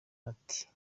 ati